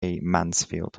mansfield